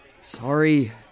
Sorry